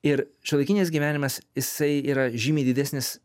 ir šiuolaikinis gyvenimas jisai yra žymiai didesnis